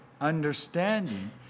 understanding